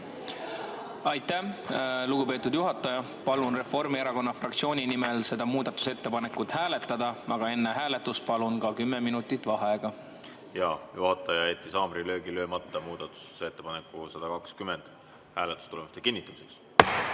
Aitäh, lugupeetud juhataja! Palun Reformierakonna fraktsiooni nimel seda muudatusettepanekut hääletada, aga enne hääletust palun ka kümme minutit vaheaega. Jaa. Juhataja jättis haamrilöögi löömata muudatusettepaneku nr 120 hääletustulemuste kinnitamiseks.